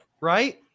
right